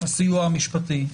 הסיוע המשפטי,